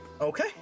Okay